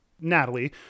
natalie